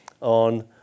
on